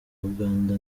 uganda